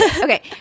okay